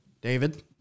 David